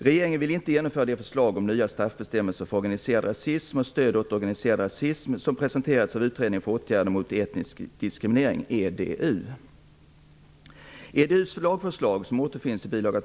Regeringen vill inte genomföra det förslag om nya straffbestämmelser för organiserad rasism och stöd åt organiserad rasism som presenterats av utredningen för åtgärder mot etnisk diskriminering, EDU. EDU:s lagförslag som återfinns i bil.